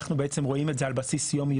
אנחנו רואים את זה על בסיס יומיומי,